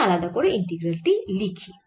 আমি আলাদা করে ইন্টিগ্রাল টি লিখি